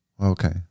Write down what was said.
Okay